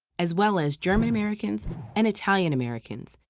as well as german-americans and italian-americans,